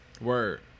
Word